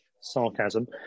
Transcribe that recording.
sarcasm